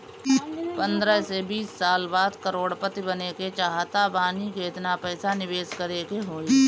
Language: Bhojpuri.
पंद्रह से बीस साल बाद करोड़ पति बने के चाहता बानी केतना पइसा निवेस करे के होई?